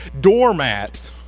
doormat